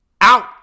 out